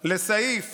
לסעיף